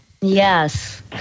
Yes